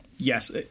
Yes